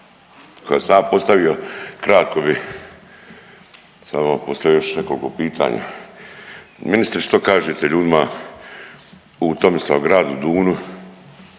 koja sam ja postavio, kratko bi samo postavio još nekoliko pitanja. Ministre, što kažete ljudima u Tomislavgradu u